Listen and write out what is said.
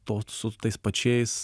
to su tais pačiais